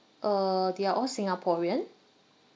uh they are all singaporean